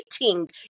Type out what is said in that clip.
meeting